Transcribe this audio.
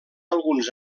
alguns